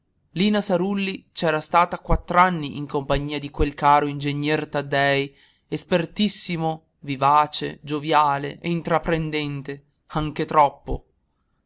lina sarulli ch'era stata quattr'anni in compagnia di quel caro ingegner taddei espertissimo vivace gioviale e intraprendente anche troppo